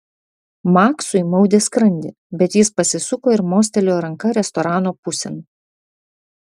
maksui maudė skrandį bet jis pasisuko ir mostelėjo ranka restorano pusėn